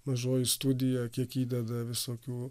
mažoji studija kiek įdeda visokių